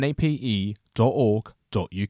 nape.org.uk